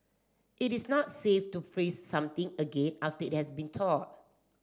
it is not safe to freeze something again after it has been thawed